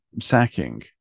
sacking